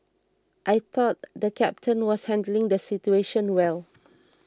I thought the captain was handling the situation well